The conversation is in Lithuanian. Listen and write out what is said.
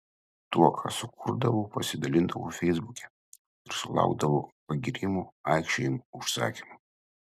tuo ką sukurdavau pasidalindavau feisbuke ir sulaukdavau pagyrimų aikčiojimų užsakymų